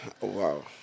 wow